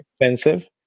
expensive